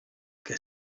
que